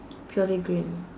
purely green